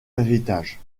héritage